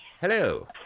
Hello